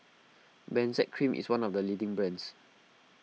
Benzac Cream is one of the leading brands